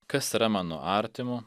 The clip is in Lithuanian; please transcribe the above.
kas yra mano artimu